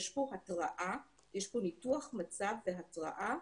יש פה ניתוח מצב והתרעה,